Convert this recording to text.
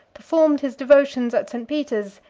performed his devotions at st. peter's,